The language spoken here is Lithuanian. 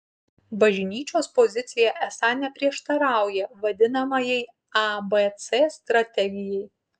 bažnyčios pozicija esą neprieštarauja vadinamajai abc strategijai